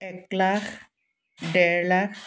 এক লাখ ডেৰ লাখ